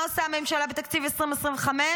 מה עושה הממשלה בתקציב 2025?